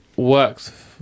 Works